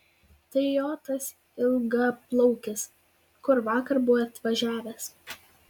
tai jo tas ilgaplaukis kur vakar buvo atvažiavęs